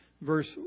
verse